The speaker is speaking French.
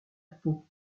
peau